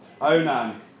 Onan